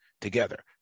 together